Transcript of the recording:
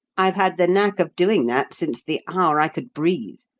i've had the knack of doing that since the hour i could breathe.